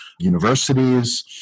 universities